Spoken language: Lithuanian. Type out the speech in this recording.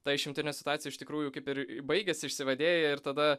ta išimtinė situacija iš tikrųjų kaip ir baigiasi išsivadėja ir tada